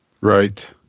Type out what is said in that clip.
right